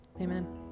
Amen